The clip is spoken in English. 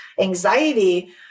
anxiety